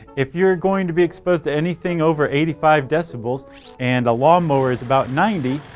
if you're going to be exposed to anything over eighty five decibels and a lawn mower is about ninety,